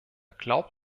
glaubt